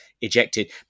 ejected